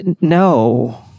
no